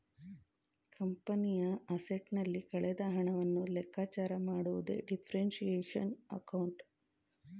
ಕಂಪನಿಯ ಅಸೆಟ್ಸ್ ನಲ್ಲಿ ಕಳೆದ ಹಣವನ್ನು ಲೆಕ್ಕಚಾರ ಮಾಡುವುದೇ ಡಿಪ್ರಿಸಿಯೇಶನ್ ಅಕೌಂಟ್